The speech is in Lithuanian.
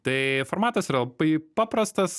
tai formatas yra labai paprastas